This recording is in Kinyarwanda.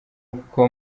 uko